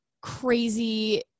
crazy